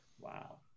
Wow